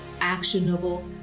actionable